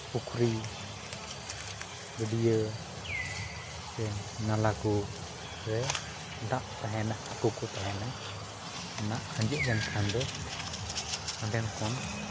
ᱯᱩᱠᱷᱨᱤ ᱜᱟᱹᱰᱭᱟᱹ ᱥᱮ ᱱᱟᱞᱟ ᱠᱚ ᱨᱮ ᱫᱟᱜ ᱛᱟᱦᱮᱱᱟ ᱦᱟᱹᱠᱩ ᱠᱚ ᱛᱟᱦᱮᱱᱟ ᱚᱱᱟ ᱟᱡᱮᱫ ᱞᱮᱱᱠᱷᱟᱱ ᱫᱚ ᱚᱸᱰᱮᱱ ᱠᱷᱚᱱ